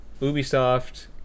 ubisoft